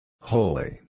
Holy